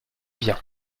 vient